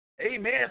Amen